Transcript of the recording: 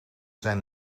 zijn